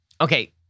Okay